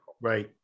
right